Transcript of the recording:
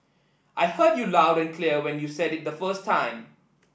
I heard you loud and clear when you said it the first time